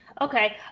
Okay